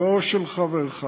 לא של חברך,